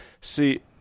See